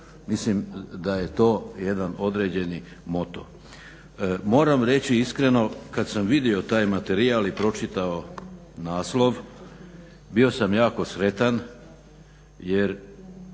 Mislim da je to jedan određeni moto. Moram reći iskreno kad sam vidio taj materijal i pročitao naslov bio sam jako sretan jer